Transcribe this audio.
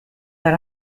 but